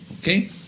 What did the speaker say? Okay